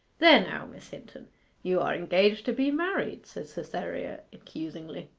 there now miss hinton you are engaged to be married said cytherea accusingly.